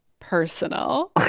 personal